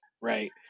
right